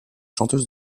chanteuse